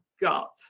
gut